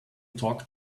talk